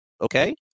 Okay